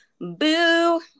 Boo